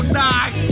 die